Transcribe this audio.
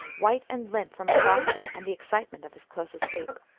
white and limp from exhaustion and the excitement of his close escape.